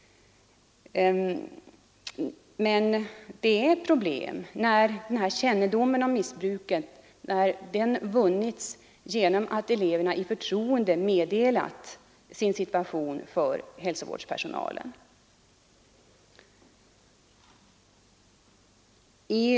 Men det är ett problem när kännedomen om missbruket vunnits genom att eleverna i förtroende underrättat hälsovårdspersonalen om sin situation.